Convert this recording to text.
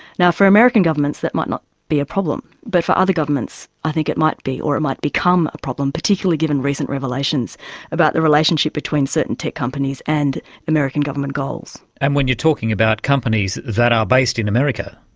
now, for american governments that might not be a problem, but for other governments i think it might be or it might become a problem, particularly given recent revelations about the relationship between certain tech companies and american government goals. and when you're talking about companies that are based in america,